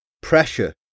Pressure